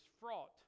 fraught